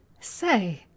Say